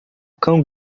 cão